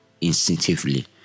instinctively